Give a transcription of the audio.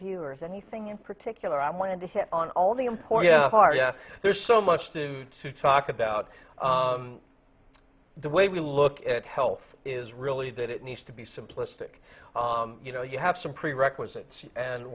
viewers anything in particular i wanted to hit on all the important parts there's so much to talk about the way we look at health is really that it needs to be simplistic you know you have some prerequisites and